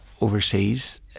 overseas